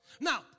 Now